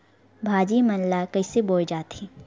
भाजी मन ला कइसे बोए जाथे?